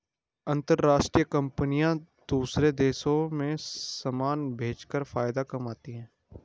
अंतरराष्ट्रीय कंपनियां दूसरे देशों में समान भेजकर फायदा कमाती हैं